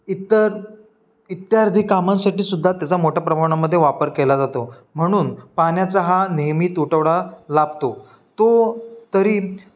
इतर इत्यार्धी कामांसाठी सुद्धा त्याचा मोठ्या प्रमाणामध्ये वापर केला जातो म्हणून पाण्याचा हा नेहमी तुटवडा लाभतो तो तरी